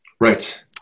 Right